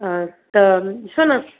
हा त ॾिसो न